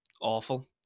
awful